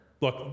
Look